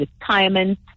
retirement